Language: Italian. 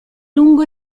lungo